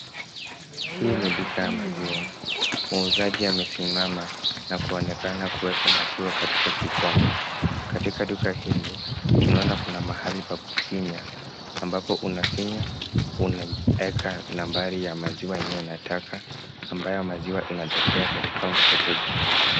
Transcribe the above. Hii ni duka ya maziwa, muuzaji amesimama na kuonekana kuweka maziwa katika kikombe. Katika duka hili, tunaona kuna mahali pa kufinya ambapo unafinya, unaeka nambari ya maziwa yenye unataka ambayo maziwa inatokea katika mifereji.